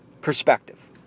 perspective